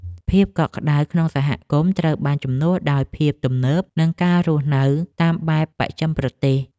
ភាពកក់ក្តៅក្នុងសហគមន៍ត្រូវបានជំនួសដោយភាពទំនើប និងការរស់នៅតាមបែបបច្ចឹមប្រទេស។